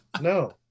No